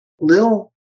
little